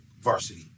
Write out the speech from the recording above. varsity